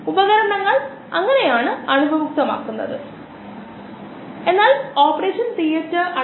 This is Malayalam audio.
പ്രതിപ്രവർത്തനത്തിന്റെ വ്യാപ്തിയെ പരിമിതപ്പെടുത്തുന്ന സാന്ദ്രതയെ പരിമിതപ്പെടുത്തുന്ന പ്രതിപ്രവർത്തനം എന്ന് നമ്മൾ പറയും